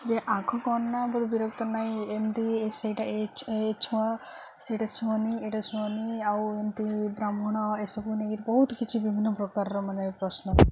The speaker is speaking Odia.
ଯେ ଆଗ କ'ଣନା ବିରକ୍ତ ନାହିଁ ଏମିତି ସେଇଟା ଏ ଛୁଆଁ ସେଇଟା ଛୁଅଁନି ଏଇଟା ଛୁଅଁନି ଆଉ ଏମିତି ବ୍ରାହ୍ମଣ ଏସବୁ ନେଇକିରି ବହୁତ କିଛି ବିଭିନ୍ନ ପ୍ରକାରର ମାନେ ପ୍ରଶ୍ନ